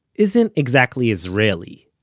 isn't exactly israeli.